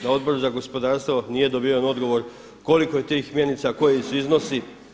Da Odbor za gospodarstvo nije dobiven odgovor koliko je tih mjenica, koji su iznosi.